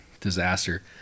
disaster